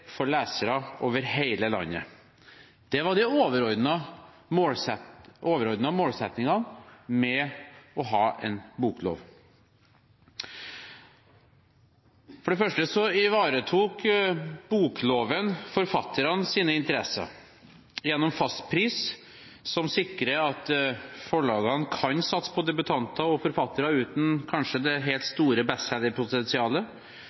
for lesere over hele landet, var den overordnede målsettingen med å ha en boklov. For det første ivaretok bokloven forfatternes interesser – gjennom fastpris, som sikrer at forlagene kan satse på debutanter og forfattere uten kanskje det helt